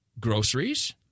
groceries